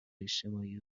اجتماعی